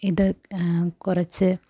ഇത് കുറച്ച്